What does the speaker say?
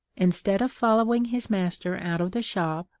instead of following his master out of the shop,